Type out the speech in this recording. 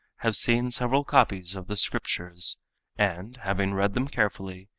have seen several copies of the scriptures and, having read them carefully,